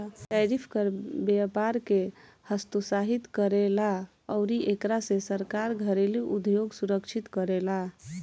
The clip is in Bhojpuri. टैरिफ कर व्यपार के हतोत्साहित करेला अउरी एकरा से सरकार घरेलु उधोग सुरक्षा करेला